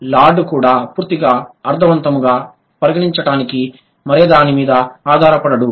lord కూడా పూర్తిగా అర్థవంతముగా పరిగణించబడటానికి మరే దాని మీద ఆధారపడడు